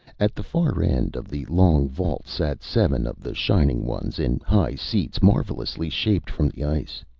at the far end of the long vault sat seven of the shining ones in high seats marvellously shaped from the ice.